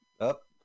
Up